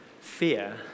Fear